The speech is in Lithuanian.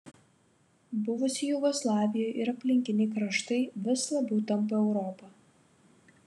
buvusi jugoslavija ir aplinkiniai kraštai vis labiau tampa europa